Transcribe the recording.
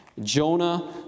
Jonah